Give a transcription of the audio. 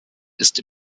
ist